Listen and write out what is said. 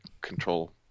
control